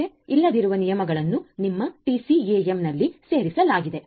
ಮುಂಚೆ ಇಲ್ಲದಿದ್ದ ನಿಯಮಗಳನ್ನು ನಿಮ್ಮ TCAM ನಲ್ಲಿ ಸೇರಿಸಲಾಗಿದೆ